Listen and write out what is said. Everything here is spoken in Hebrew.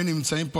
הם נמצאים פה.